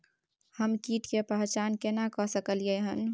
हम कीट के पहचान केना कर सकलियै हन?